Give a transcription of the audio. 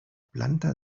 planta